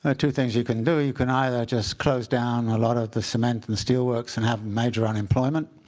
ah two things you can do. you can either just close down a lot of the cement and steel works and have major unemployment,